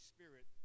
Spirit